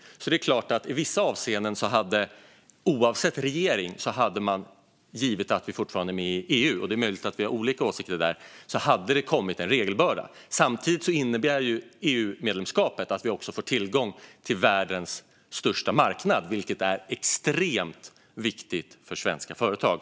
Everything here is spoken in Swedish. I vissa avseenden hade det kommit en regelbörda oavsett regering, givet att vi fortfarande är med i EU; det är möjligt att vi har olika åsikter där. Samtidigt innebär ju EU-medlemskapet att vi får tillgång till världens största marknad, vilket är extremt viktigt för svenska företag.